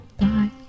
Bye